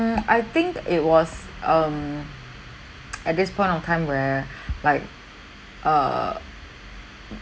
I think it was um at this point of time where like err